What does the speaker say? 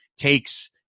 takes